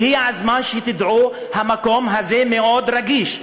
הגיע הזמן שתדעו: המקום הזה מאוד רגיש.